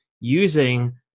using